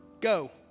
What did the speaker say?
go